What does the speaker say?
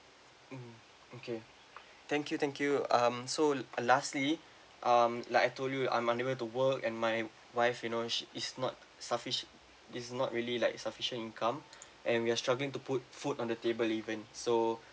mm okay thank you thank you um so lastly um like I told you I'm unable to work and my wife you know she is not suffici~ it's not really like sufficient income and we are struggling to put food on the table even so